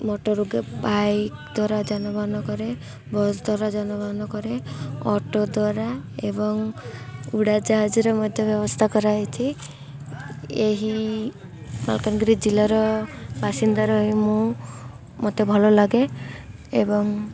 motor bike ଦ୍ୱାରା ଯାନବାହାନ କରେ ବସ୍ ଦ୍ୱାରା ଯାନବାହାନ କରେ ଅଟୋ ଦ୍ୱାରା ଏବଂ ଉଡ଼ାଜାହାଜରେ ମଧ୍ୟ ବ୍ୟବସ୍ଥା କରାଯାଇଛି ଏହି ମାଲକାନଗିରି ଜିଲ୍ଲାର ବାସିନ୍ଦାର ମୁଁ ମୋତେ ଭଲ ଲାଗେ ଏବଂ